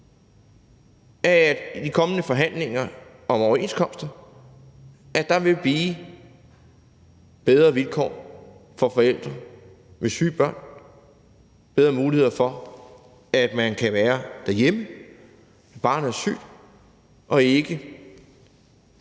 der i de kommende forhandlinger om overenskomster vil blive bedre vilkår for forældre med syge børn, bedre muligheder for, at man kan være derhjemme, når barnet er sygt, og man